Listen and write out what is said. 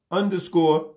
underscore